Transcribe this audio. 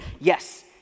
yes